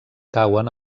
cauen